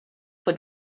for